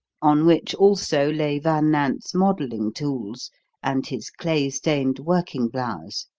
on which also lay van nant's modelling tools and his clay-stained working blouse.